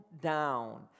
down